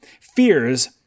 fears